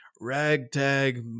ragtag